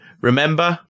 Remember